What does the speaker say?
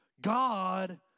God